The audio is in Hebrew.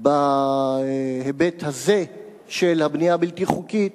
בהיבט הזה של הבנייה הבלתי-חוקית,